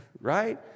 right